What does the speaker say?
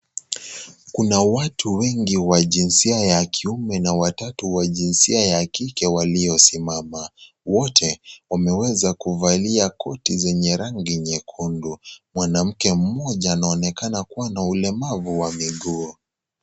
Kuna watu wengi wa jinsia ya kiume na watatu wa jinsia ya kike waliosimama. Wote wameweza kuvalia koti zenye rangi nyekundu. Mwanamke mmoja anaonekana kuwa na ulemavu wa miguu.